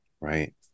right